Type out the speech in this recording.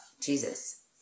Jesus